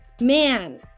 man